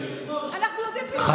אנחנו יודעים --- Veil of Ignorance.